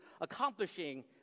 accomplishing